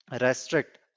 restrict